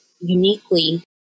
uniquely